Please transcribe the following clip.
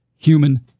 human